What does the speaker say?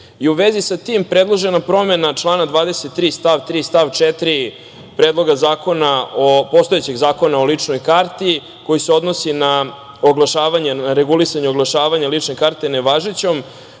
vezi sa tim predložena promena člana 23. stav 3, stav 4. predloga postojećeg Zakona o ličnoj karti koji se odnosi na regulisanje oglašavanje lične karte nevažećom. Prema